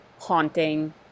haunting